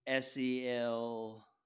SEL